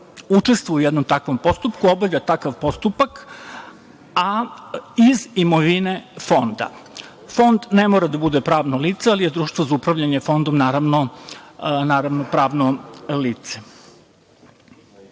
učestvuje u jednom takvom postupku, obavlja takav postupak, a iz imovine fonda. Fond ne mora da bude pravno lice, ali je društvo za upravljanje fondom naravno pravno